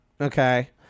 Okay